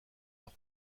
leur